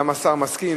גם השר מסכים.